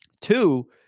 Two